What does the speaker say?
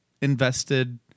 invested